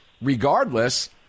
regardless